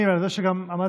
זה חבל.